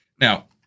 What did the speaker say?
Now